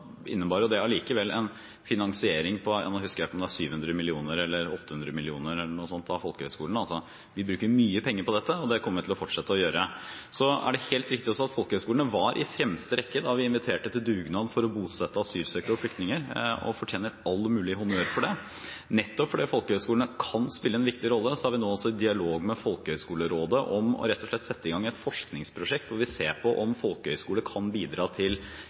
innebar det allikevel en finansiering på 700 mill. kr eller 800 mill. kr – eller noe sånt, nå husker jeg ikke – av folkehøyskolene. Vi bruker mye penger på dette, og det kommer vil til å fortsette å gjøre. Det er også helt riktig at folkehøyskolene var i fremste rekke da vi inviterte til dugnad for å bosette asylsøkere og flyktninger, og de fortjener all mulig honnør for det. Nettopp fordi folkehøyskolene kan spille en viktig rolle, er vi nå i dialog med Folkehøgskolerådet om rett og slett å sette i gang et forskningsprosjekt hvor vi ser på om folkehøyskoler kan bidra til